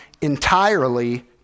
entirely